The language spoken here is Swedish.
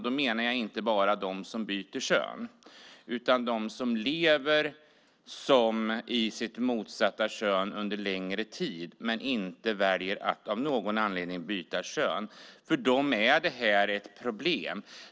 Då menar jag inte bara de som byter kön utan också de som lever i sitt motsatta kön under längre tid men av någon anledning inte väljer att byta kön. För dem är det här ett problem.